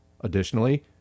Additionally